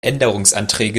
änderungsanträge